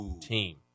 team